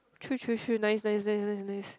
true true true nice nice nice nice nice